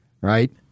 right